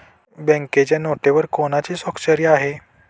बँकेच्या नोटेवर कोणाची स्वाक्षरी आहे?